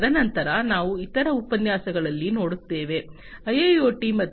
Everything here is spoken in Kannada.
ತದನಂತರ ನಾವು ಇತರ ಉಪನ್ಯಾಸಗಳಲ್ಲಿ ನೋಡುತ್ತೇವೆ ಐಐಒಟಿ ಮತ್ತು ಇಂಡಸ್ಟ್ರಿ 4